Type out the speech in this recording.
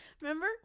remember